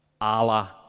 Allah